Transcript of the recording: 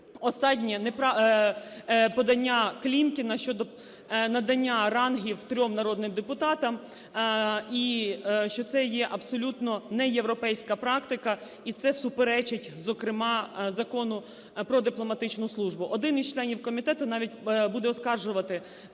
останнє подання Клімкіна щодо надання рангів трьом народним депутатам, і що це є абсолютно неєвропейська практика, і це суперечить зокрема Закону "Про дипломатичну службу". Один із членів комітету навіть буде оскаржувати